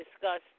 discussed